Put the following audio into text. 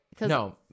no